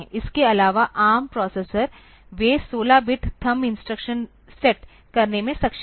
इसके अलावा ARM processor वे 16 बिट थंब इंस्ट्रक्शन सेट करने में सक्षम हैं